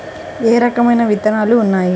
ఏ రకమైన విత్తనాలు ఉన్నాయి?